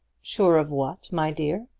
sure of what, my dear?